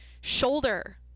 shoulder